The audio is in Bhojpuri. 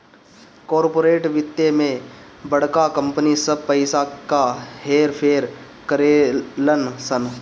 कॉर्पोरेट वित्त मे बड़का कंपनी सब पइसा क हेर फेर करेलन सन